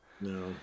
No